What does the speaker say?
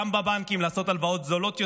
גם בבנקים, לעשות הלוואות זולות יותר,